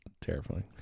terrifying